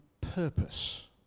purpose